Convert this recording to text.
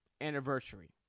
anniversary